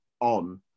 on